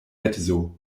edzo